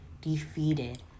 defeated